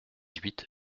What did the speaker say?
huit